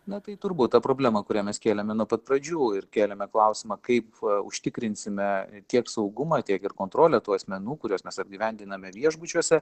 na tai turbūt ta problema kurią mes kėlėme nuo pat pradžių ir kėlėme klausimą kaip užtikrinsime tiek saugumą tiek ir kontrolę tų asmenų kuriuos mes apgyvendiname viešbučiuose